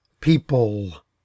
people